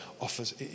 offers